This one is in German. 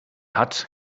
hat